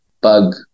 bug